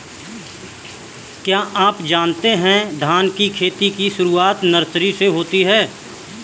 क्या आप जानते है धान की खेती की शुरुआत नर्सरी से होती है?